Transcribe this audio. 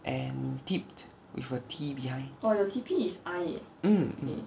and tipt with a T behind mm